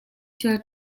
thil